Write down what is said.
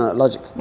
logic